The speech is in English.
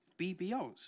BBOs